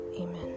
amen